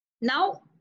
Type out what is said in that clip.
Now